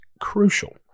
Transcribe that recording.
crucial